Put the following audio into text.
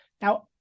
Now